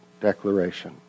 declaration